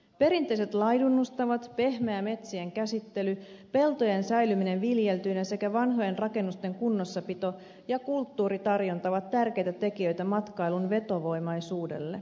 perinteiset laidunnustavat pehmeä metsien käsittely peltojen säilyminen viljeltyinä sekä vanhojen rakennusten kunnossapito ja kulttuuritarjonta ovat tärkeitä tekijöitä matkailun vetovoimaisuudelle